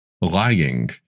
lying